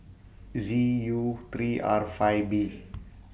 Z U three R five B